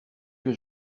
que